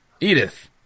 Edith